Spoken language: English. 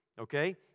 okay